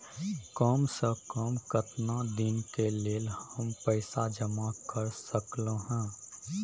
काम से कम केतना दिन के लेल हम पैसा जमा कर सकलौं हैं?